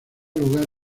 lugar